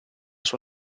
sua